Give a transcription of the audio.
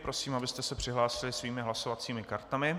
Prosím, abyste se přihlásili svými hlasovacími kartami.